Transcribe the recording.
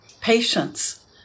patience